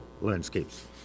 landscapes